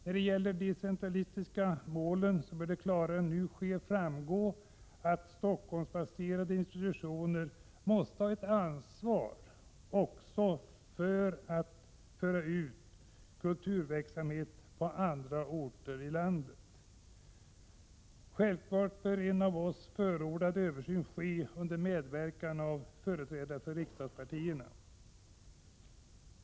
När det gäller det decentralistiska målet bör det klarare än nu sker framgå att Stockholmsbaserade institutioner måste ha ett ansvar också för att föra ut kulturverksamhet till andra orter i landet. Självfallet bör en av oss förordad översyn ske under medverkan av företrädare för riksdagspartierna.